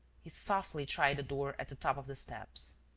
he softly tried the door at the top of the steps.